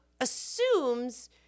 assumes